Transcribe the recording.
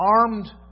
armed